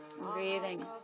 Breathing